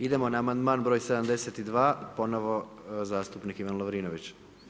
Idemo na amandman br. 72. ponovno zastupnik Ivan Lovrinović.